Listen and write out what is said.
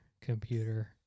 computer